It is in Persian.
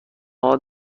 هات